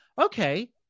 okay